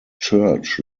church